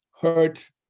hurt